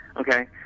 Okay